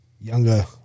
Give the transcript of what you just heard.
younger